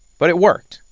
but it worked.